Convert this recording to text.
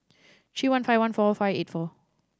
three one five one four five eight four